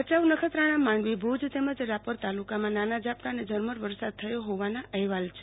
ભયાઉનખત્રાણામાંડવીભુજ તેમજ રાપર તાલુકામાં નાના ઝાપટા અને ઝસ્તર વરસાદ થયો હોવાના અહેવાલ છે